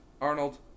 Arnold